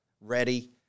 ready